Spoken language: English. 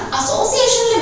association